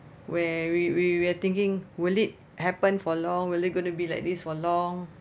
where we we we are thinking will it happen for long will it gonna be like this for long